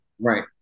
Right